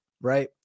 right